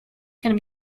can